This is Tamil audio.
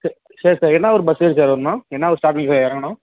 சரி சரி சார் என்ன ஊர் பஸ் ஏறி சார் வரணும் என்ன ஊர் ஸ்டாப்பிங் சார் இறங்கணும்